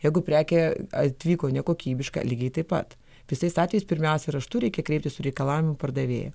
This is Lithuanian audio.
jeigu prekė atvyko nekokybiška lygiai taip pat visais atvejais pirmiausia raštu reikia kreiptis su reikalavimu į pardavėją